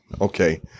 Okay